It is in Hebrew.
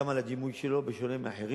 גם על הדימוי שלו, בשונה מאחרים,